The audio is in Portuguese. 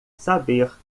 saber